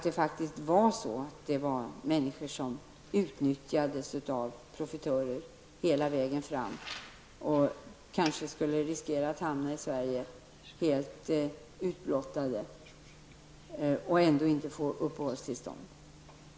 Det fanns faktiskt människor som utnyttjades av profitörer hela vägen och kanske skulle riskera att hamna i Sverige helt utblottade och ändå inte få uppehållstillstånd.